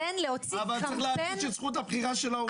את זכות הבחירה של ההורים.